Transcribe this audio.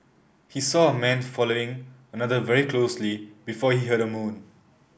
he saw a man following another very closely before he heard a moan